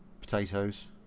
Potatoes